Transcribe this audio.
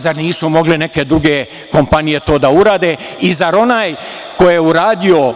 Zar nisu mogle neke druge kompanije to da urade i zar onaj ko je uradio,